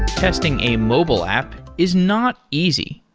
testing a mobile app is not easy.